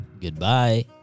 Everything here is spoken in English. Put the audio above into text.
Goodbye